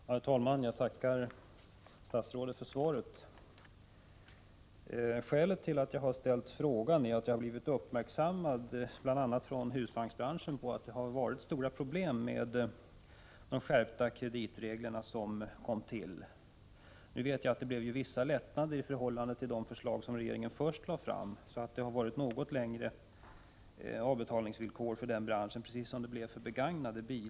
Herr talman! Jag tackar statsrådet för svaret. Skälet till att jag har framställt interpellationen är att jag bl.a. från husvagnsbranschen har blivit uppmärksammad på att de skärpta kreditreglerna medfört stora problem. Det blev ju vissa lättnader i förhållande till de förslag som regeringen först lade fram, och det gjorde att husvagnsbranschen liksom branschen för begagnade bilar kunde tillämpa något längre avbetalningstider.